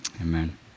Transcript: Amen